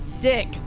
dick